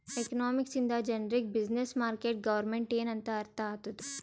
economics ಇಂದ ಜನರಿಗ್ business, market, government ಎನ್ ಅಂತ್ ಅರ್ಥ ಆತ್ತುದ್